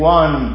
one